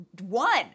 one